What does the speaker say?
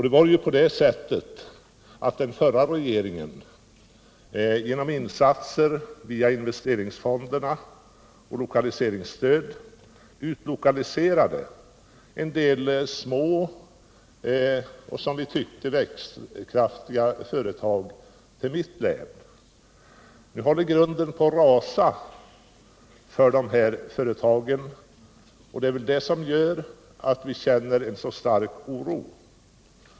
Den förra regeringen utlokaliserade genom insatser via investeringsfonderna och lokaliseringsstöd en del små och, som vi tyckte, växtkraftiga företag till mitt län. Nu håller grunden på att rasa för dessa företag. Det är väl det som gör att vi känner så stark oro.